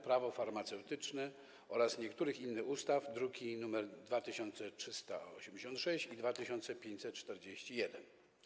Prawo farmaceutyczne oraz niektórych innych ustaw, druki nr 2386 i 2541.